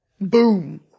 Boom